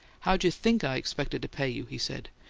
how'd you think i expected to pay you? he said.